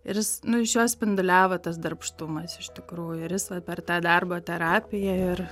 ir jis nu iš jo spinduliavo tas darbštumas iš tikrųjų ir jis va per tą darbo terapiją ir